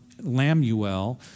Lamuel